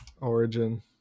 origin